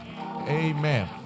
Amen